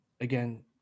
again